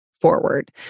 forward